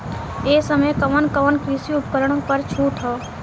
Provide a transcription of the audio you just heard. ए समय कवन कवन कृषि उपकरण पर छूट ह?